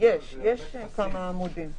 יש כמה עמודים.